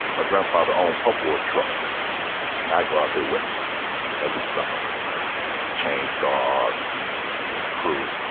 my grandfather owned pulpwood trucks and i go out there with them every summer with the chain saws and his crew,